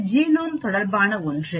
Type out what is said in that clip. இது ஜீனோம் தொடர்பான ஒன்று